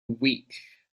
week